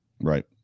Right